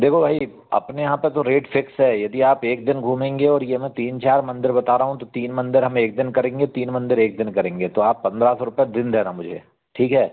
देखो भाई अपने यहाँ पर तो रेट फिक्स है यदि आप एक दिन घूमेंगे और ये मैं तीन चार मंदिर बता रहा हूँ तो तीन मंदिर हम एक दिन करेंगे तीन मंदिर एक दिन करेंगे तो आप पंद्रह सौ रुपये दिन देना मुझे ठीक है